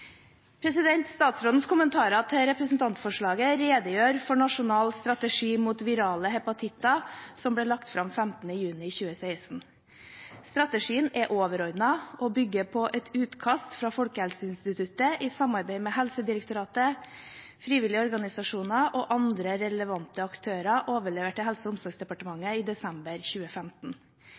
kommentarer til representantforslaget for nasjonal strategi mot virale hepatitter, som ble lagt fram 15. juni 2016. Strategien er overordnet og bygger på et utkast fra Folkehelseinstituttet, i samarbeid med Helsedirektoratet, frivillige organisasjoner og andre relevante aktører, overlevert til Helse- og omsorgsdepartementet i desember 2015.